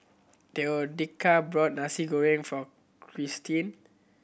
bought Nasi Goreng for Kirstin